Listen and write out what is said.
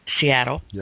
Seattle